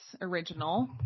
original